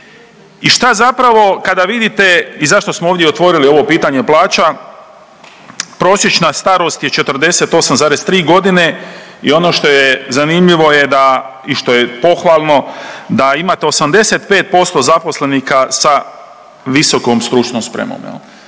I šta zapravo kada vidite i zašto smo ovdje otvorili ovo pitanje plaća, prosječna starost je 48,3 godine i ono što je zanimljivo je da i što je pohvalno da imate 85% zaposlenika sa visokom stručnom spremom. Ja